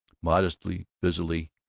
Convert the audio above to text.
modestly, busily,